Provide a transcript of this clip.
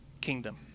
kingdom